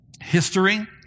history